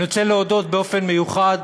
אני רוצה להודות באופן מיוחד